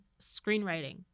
screenwriting